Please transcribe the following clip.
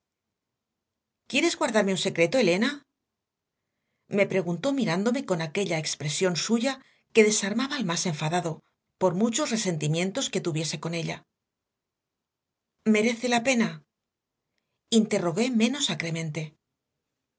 quieres guardarme un secreto elena me preguntó mirándome con aquella expresión suya que desarmaba al más enfadado por muchos resentimientos que tuviese con ella merece la pena interrogué menos acremente